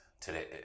today